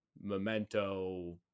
memento